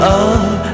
up